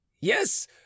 yes